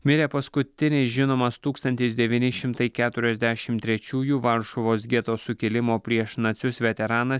mirė paskutinis žinomas tūkstantis devyni šimtai keturiasdešim trečiųjų varšuvos geto sukilimo prieš nacius veteranas